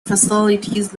facilities